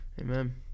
Amen